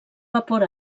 vapor